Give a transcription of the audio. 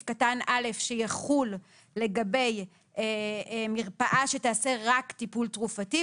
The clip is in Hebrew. (א) שיחול לגבי מרפאה שתעשה רק טיפול תרופתי,